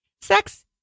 Sex